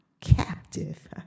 captive